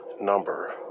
number